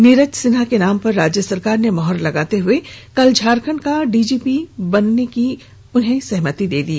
नीरज सिन्हा के नाम पर राज्य सरकार ने मुहर लगाते हुए कल झारखंड का डीजीपी बनाने पर सहमति दे दी